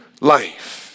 life